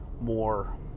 more